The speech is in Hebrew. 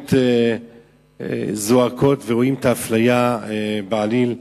שבאמת זועקות ורואים את האפליה בעליל.